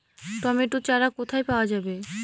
Tomato চারা কোথায় পাওয়া যাবে?